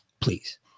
Please